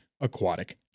aquatic